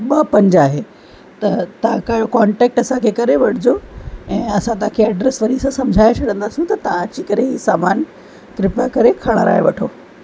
ॿ पंज आहे त तव्हां क कॉन्टेक्ट असांखे करे वठजो ऐं असां तव्हांखे एड्रेस वरी सां सम्झाए छॾंदासीं त तव्हां अची करे इहे सामान कृपया करे खणाए वठो